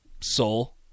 soul